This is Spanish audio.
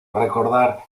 recordar